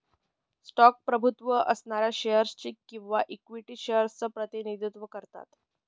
stock प्रभुत्व असणाऱ्या shares च किंवा इक्विटी शेअर्स च प्रतिनिधित्व करतात